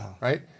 right